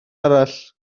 arall